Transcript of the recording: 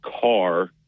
car